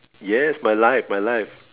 yes my life my life